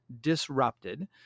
disrupted